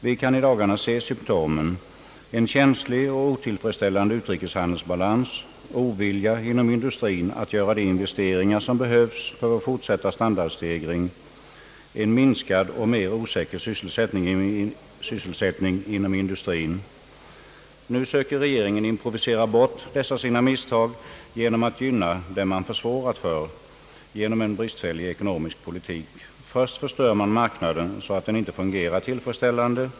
Vi kan i dagarna se symtomen: en känslig och otillfredsställande utrikeshandelsbalans, ovilja inom industrin att göra de investeringar som behövs för vår fortsatta standardstegring, en minskad och mera osäker sysselsättning inom industrin. Nu söker regeringen improvisera bort dessa sina misstag genom att gynna dem man försvårat det för genom en bristfällig ekonomisk politik. Först förstör man marknaden så att den inte fungerar tillfredsställande.